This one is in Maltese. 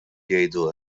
jgħidu